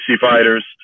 Fighters